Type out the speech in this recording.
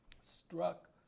struck